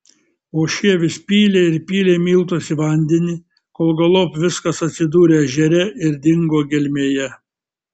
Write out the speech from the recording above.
o šie vis pylė ir pylė miltus į vandenį kol galop viskas atsidūrė ežere ir dingo gelmėje